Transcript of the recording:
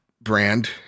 brand